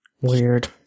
Weird